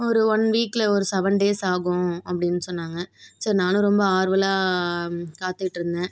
ஒரு ஒன் வீக்கில் ஒரு செவன் டேஸ் ஆகும் அப்டின்னு சொன்னாங்க ஸோ நான் ரொம்ப ஆவலா காத்துட்ருந்தேன்